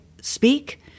speak